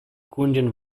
kundin